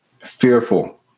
fearful